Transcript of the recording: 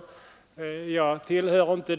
Själv tillhör jag inte